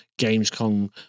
Gamescom